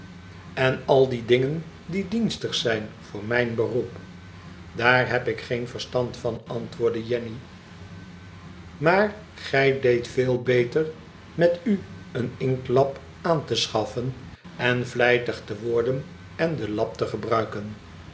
en al die dingen dienstig zijn voor m ij n beroep daar heb ik geen verstand van antwoordde jenny maar gij deedt veel beter met u een inktlapt aan te schafifen en vlijtig te worden en den lap te gebruiken